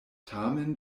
tamen